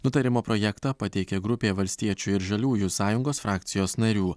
nutarimo projektą pateikė grupė valstiečių ir žaliųjų sąjungos frakcijos narių